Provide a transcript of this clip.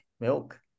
milk